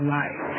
life